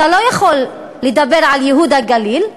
אתה לא יכול לדבר על ייהוד הגליל,